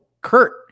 Kurt